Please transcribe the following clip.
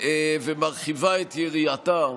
ומרחיבה את יריעתה,